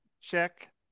check